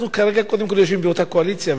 אנחנו כרגע קודם כול יושבים באותה קואליציה.